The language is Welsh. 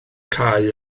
cau